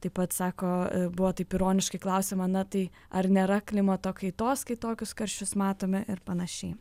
taip pat sako buvo taip ironiškai klausiama na tai ar nėra klimato kaitos kai tokius karščius matome ir panašiai